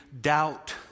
doubt